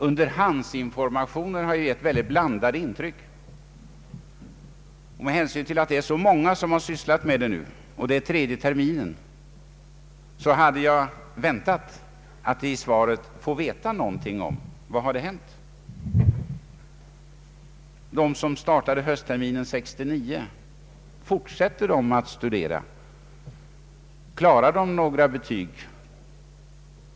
Underhandsinformationer har gett mycket blandade intryck, och med hänsyn till att så många sysslat med detta och att det är tredje terminen hade jag väntat att i svaret få veta något om vad som hänt. De som startade höstterminen 1969, fortsätter de att studera? Klarar de några betyg?